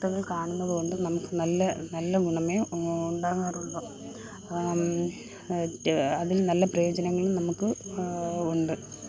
വാര്ത്തകള് കാണുന്നത് കൊണ്ടും നമുക്ക് നല്ല നല്ല ഗുണമേ ഉണ്ടാകാറുള്ളു അതില് നല്ല പ്രയോജനങ്ങളും നമുക്ക് ഉണ്ട്